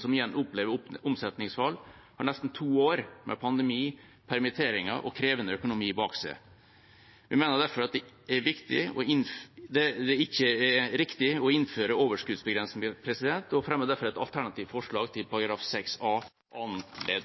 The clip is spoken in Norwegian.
som igjen opplever omsetningsfall, har nesten to år med pandemi, permitteringer og krevende økonomi bak seg. Vi mener derfor at det ikke er riktig å innføre overskuddsbegrensninger, og fremmer derfor et alternativt forslag til § 6 a første ledd.